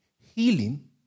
healing